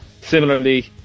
similarly